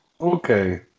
okay